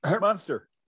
monster